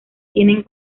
tienen